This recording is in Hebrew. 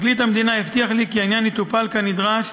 פרקליט המדינה הבטיח לי כי העניין יטופל כנדרש,